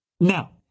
Now